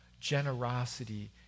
generosity